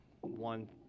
one